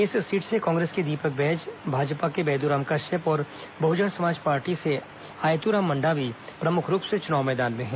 इस सीट से कांग्रेस के दीपक बैज भाजपा से बैद्राम कश्यप और बहजन समाज पार्टी से आयत्राम राम मंडावी प्रमुख रूप से चुनाव मैदान में हैं